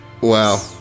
Wow